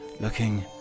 looking